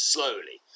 Slowly